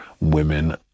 women